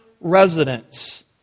residents